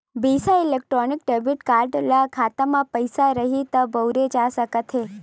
बिसा electronic debit card ल खाता म पइसा रइही त बउरे जा सकत हे